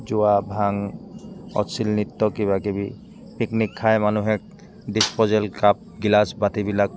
জোৱা ভাং অশ্লিল নৃত্য কিবা কিবি পিকনিক খাই মানুহে ডিছপ'জেবল কাপ গিলাচ বাতিবিলাক